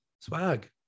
swag